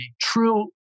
true